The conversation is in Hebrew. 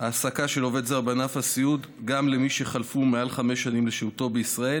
העסקה של עובד זר בענף הסיעוד גם למי שחלפו מעל חמש שנים לשהותו בישראל,